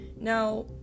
Now